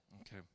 Okay